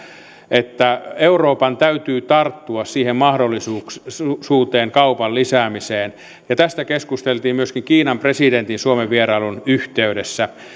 että euroopan täytyy tarttua siihen mahdollisuuteen kaupan lisäämiseen tästä keskusteltiin myöskin kiinan presidentin suomen vierailun yhteydessä